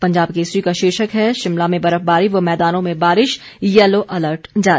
पंजाब केसरी का शीर्षक है शिमला में बर्फबारी व मैदानों में बारिश यैलो अलर्ट जारी